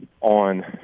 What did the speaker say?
on